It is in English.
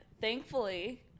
thankfully